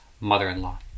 mother-in-law